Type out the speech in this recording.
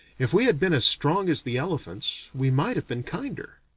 if we had been as strong as the elephants, we might have been kinder.